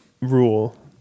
rule